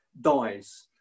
dies